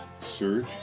Search